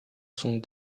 sont